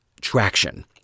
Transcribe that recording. traction